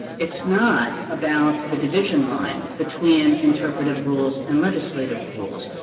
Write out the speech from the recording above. it's not about the division line between interpretative rules and legislative rules.